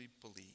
believe